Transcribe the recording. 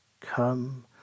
Come